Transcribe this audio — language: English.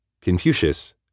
Confucius